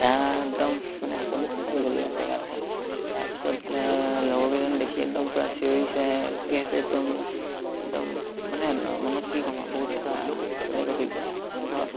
একদম মানে সকলো পাহৰি গ'লোঁ আৰু জেগাডখৰ তাৰপিছত লগৰ কেইজন দেখি একদম পূৰা চিঞৰিছে উকিয়াইছে একদম একদম মানে মনত কি কম আৰু বহুত এটা বেলেগ অভিজ্ঞতা তাৰ পৰা